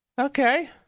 Okay